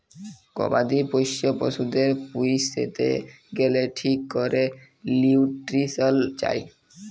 গবাদি পশ্য পশুদের পুইসতে গ্যালে ঠিক ক্যরে লিউট্রিশল চায়